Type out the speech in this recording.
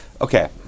okay